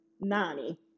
Nani